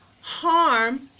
harm